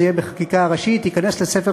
חקיקה ראשית בשביל